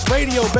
Radio